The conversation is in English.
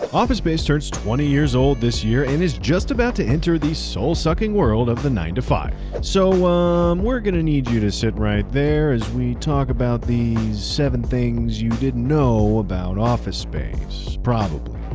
office space turns twenty years old this year and is just about to enter the soul sucking world of the nine to five. so we're going to need you to sit right there as we talk about these seven things you didn't know about office space, probably.